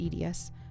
EDS